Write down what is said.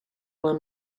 ale